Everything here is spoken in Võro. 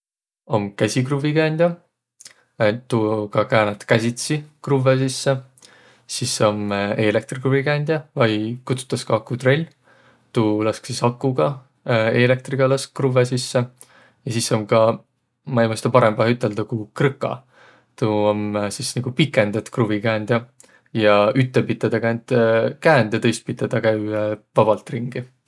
Om käsi kruvvikäändjä, tuuga käänät käsitsi kruvvõ sisse. Sis om eelektrikruvvikäändjä vai kutsutas ka akutrell, tuu lask sis akuga, eelektriga lask kruvvõ sisse. Ja sis om ka, maq ei mõistaq parõmbahe üteldäq ku krõka, tuu om sis nigu pikendet kruvvikäändjä ja ütte pite tä käänd käänd ja tõist pite tä käü vabalt ringi.